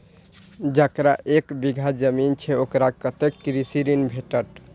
जकरा एक बिघा जमीन छै औकरा कतेक कृषि ऋण भेटत?